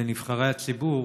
בנבחרי הציבור,